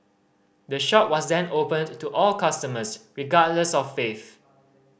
the shop was then opened to to all customers regardless of faith